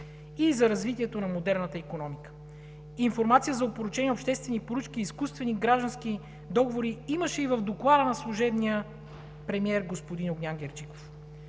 и за развитие на модерната икономика. Информация за опорочени обществени поръчки и изкуствени граждански договори имаше и в доклада на служебния премиер господин Огнян Герджиков.